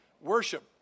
Worship